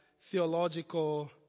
theological